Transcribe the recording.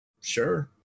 Sure